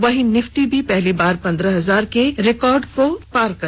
वहीं निफ्टी भी पहली बार पंद्रह हजार के रिकॉर्ड स्तर को पार किया